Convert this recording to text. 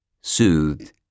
soothed